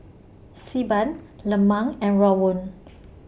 Xi Ban Lemang and Rawon